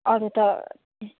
अरू त